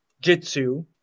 Jitsu